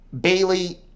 Bailey